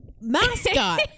Mascot